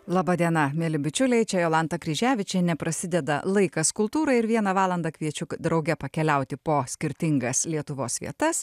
laba diena mieli bičiuliai čia jolanta kryževičienė prasideda laikas kultūrai ir vieną valandą kviečiu drauge pakeliauti po skirtingas lietuvos vietas